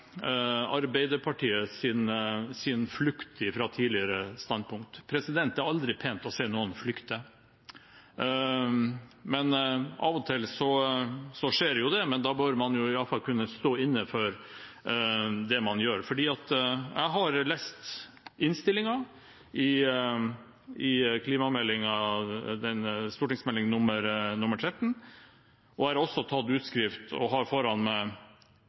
flukt fra tidligere standpunkt. Det er aldri pent å se noen flykte, men av og til skjer det, men da bør man i alle fall kunne stå inne for det man gjør. Jeg har lest innstillingen til klimameldingen, Meld. St. 13 for 2014–2015, og jeg har også tatt utskrift, som jeg har foran